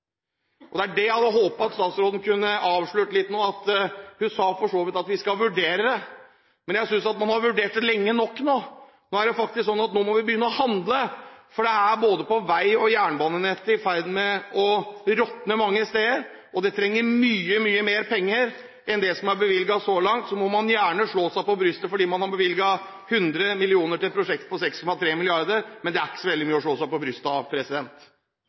Det er her jeg hadde håpet at statsråden kunne avslørt litt nå – hun sa for så vidt at vi skal vurdere det, men jeg synes at man har vurdert det lenge nok nå. Nå må vi begynne å handle, for det er både på vei- og jernbanenettet i ferd med å råtne mange steder, og det trengs mye, mye mer penger enn det som er bevilget så langt. Så må man gjerne slå seg på brystet for at man har bevilget 100 mill. kr til et prosjekt på 6,3 mrd. kr. Men det er ikke så veldig mye å slå seg på